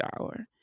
Hour